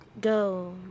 go